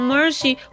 Mercy